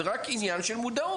זה רק עניין של מודעות.